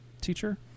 teacher